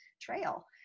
trail